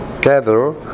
gather